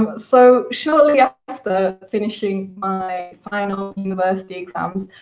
um so surely ah after finishing my final university exams,